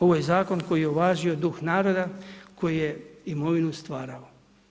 Ovo je zakon koji je uvažio duh naroda, koji je imovinu stvarao.